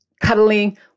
cuddling